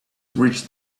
reached